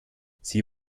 sie